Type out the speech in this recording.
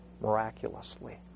miraculously